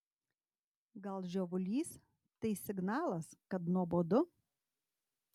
gal žiovulys tai signalas kad nuobodu